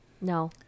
No